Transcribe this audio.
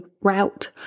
route